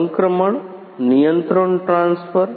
સંક્રમણ નિયંત્રણ ટ્રાન્સફર